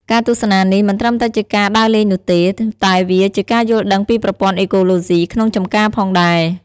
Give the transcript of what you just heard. ការទស្សនានេះមិនត្រឹមតែជាការដើរលេងនោះទេ តែវាជាការយល់ដឹងពីប្រព័ន្ធអេកូឡូស៊ីក្នុងចម្ការផងដែរ។